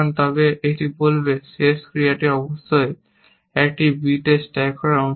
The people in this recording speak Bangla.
তবে এটি বলবে শেষ ক্রিয়াটি অবশ্যই একটি b স্ট্যাক করা উচিত